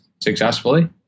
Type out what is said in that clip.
successfully